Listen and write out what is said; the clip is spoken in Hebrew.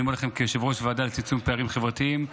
אני אומר לכם כיושב-ראש הוועדה לצמצום פערים חברתיים,